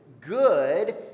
good